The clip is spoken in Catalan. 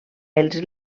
els